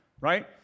right